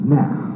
now